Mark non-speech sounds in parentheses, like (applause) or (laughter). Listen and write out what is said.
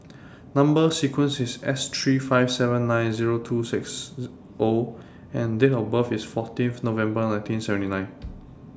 Number sequence IS S three five seven nine Zero two six O and Date of birth IS fourteen of November nineteen seventy nine (noise)